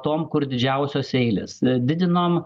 tom kur didžiausios eilės didinom